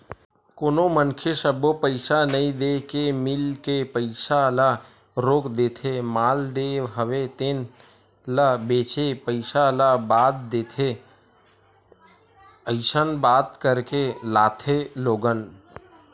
कोनो मनखे सब्बो पइसा नइ देय के मील के पइसा ल रोक देथे माल लेय हवे तेन ल बेंचे पइसा ल बाद देथे अइसन बात करके लाथे लोगन